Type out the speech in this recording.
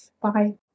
Bye